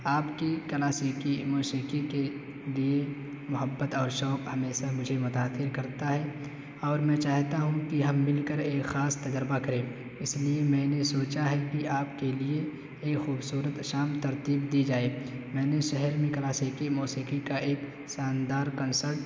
آپ کی کلاسیکی موسیقی کے لیے محبت اور شوق ہمیشہ مجھے متاتر کرتا ہے اور میں چاہتا ہوں کہ ہم مل کر ایک خاص تجربہ کریں اس لیے میں نے سوچا ہے کہ آپ کے لیے ایک خوبصورت شام ترتیب کی جائے میں نے شہر میں کلاسیکی موسیقی کا ایک شاندار کنسلٹ